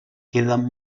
queden